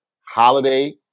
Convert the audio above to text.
holiday